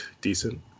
decent